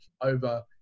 over